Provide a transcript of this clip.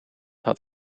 had